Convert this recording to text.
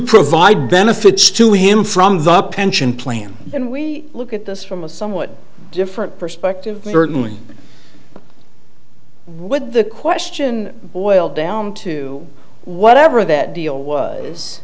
provide benefits to him from the pension plan and we look at this from a somewhat different perspective certainly would the question boil down to whatever that deal